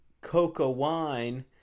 Coca-Wine